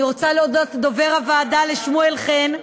אני רוצה להודות לדובר הוועדה, לשמואל חן.